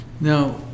Now